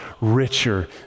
richer